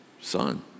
son